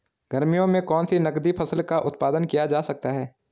गर्मियों में कौन सी नगदी फसल का उत्पादन किया जा सकता है?